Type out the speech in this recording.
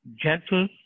gentle